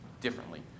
differently